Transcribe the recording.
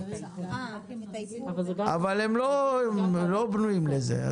את ה- -- אבל הם לא בנויים לזה.